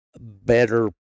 better